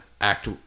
act